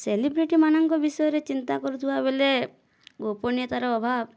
celebrity ମାନଙ୍କ ବିଷୟରେ ଚିନ୍ତା କରୁଥିବା ବେଳେ ଗୋପନୀୟତାର ଅଭାବ